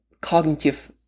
cognitive